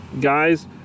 guys